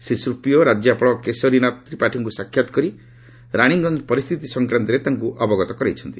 ଶ୍ରୀ ସୁପ୍ରିୟୋ ରାକ୍ୟପାଳ କେଶରୀନାଥ ତ୍ରିପାଠୀଙ୍କୁ ସାକ୍ଷାତ୍ କରି ରାଣୀଗଞ୍ଜ ପରିସ୍ଥିତି ସଂକ୍ରାନ୍ତରେ ତାଙ୍କୁ ଅବଗତ କରାଇଛନ୍ତି